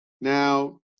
Now